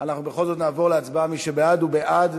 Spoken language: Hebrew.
אנחנו נעבור להצבעה, מי שבעד, הוא בעד